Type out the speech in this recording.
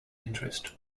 interest